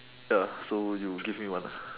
ya so you give me one lah